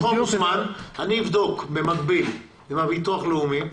במקביל אני אבדוק מול ביטוח לאומי,